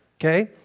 Okay